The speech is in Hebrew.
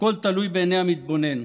הכול תלוי בעיני המתבונן,